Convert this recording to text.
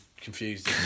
confused